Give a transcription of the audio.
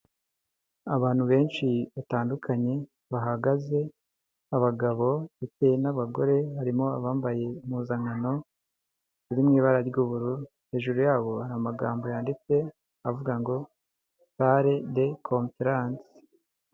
Abantu benshi batandukanye bahagaze, abagabo bitewe n'abagore harimo abambaye impuzankano iri mu ibara ry'ubururu, hejuru yabo hari amagambo yanditse avuga ngo pale de conferance.